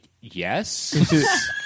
yes